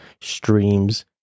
streams